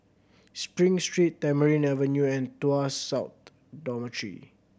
Spring Street Tamarind Avenue and Tuas South Dormitory